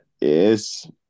yes